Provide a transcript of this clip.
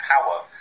power